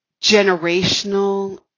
generational